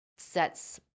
sets